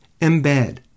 embed